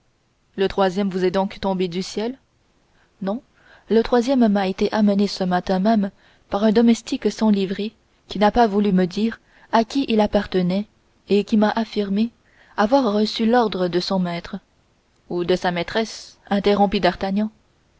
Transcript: le troisième vous est donc tombé du ciel non le troisième m'a été amené ce matin même par un domestique sans livrée qui n'a pas voulu me dire à qui il appartenait et qui m'a affirmé avoir reçu l'ordre de son maître ou de sa maîtresse interrompit d'artagnan